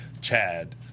Chad